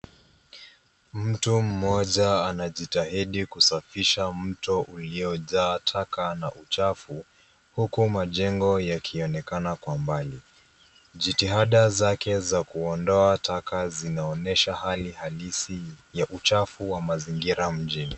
Mtu mmoja anajitahidi kusafisha mto uliojaa taka na uchafu huku majengo yakionekana kwa mbali. Jitihada zake za kuondoa taka zinaonyesha hali halisi ya uchafu wa mazingira mjini.